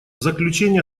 заключение